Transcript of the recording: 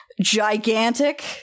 gigantic